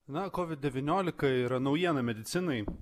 na covid devyniolika yra naujiena medicinai